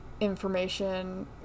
information